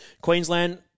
Queensland